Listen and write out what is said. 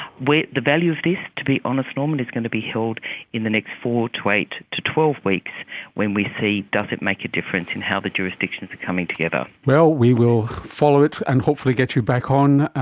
the value of this, to be honest norman, is going to be held in the next four to eight to twelve weeks when we see does it make a difference in how the jurisdictions are coming together. well, we will follow it and hopefully get you back on,